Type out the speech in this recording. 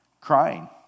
crying